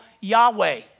Yahweh